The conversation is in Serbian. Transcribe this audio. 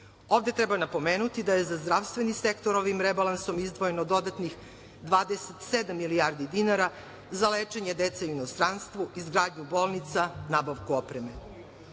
treba napomenuti da je za zdravstveni sektor ovim rebalansom izdvojeno dodatnih 27 milijardi dinara za lečenje dece u inostranstvu, izgradnju bolnica, nabavku opreme. Sve